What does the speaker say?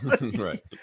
Right